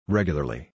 Regularly